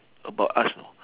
about us know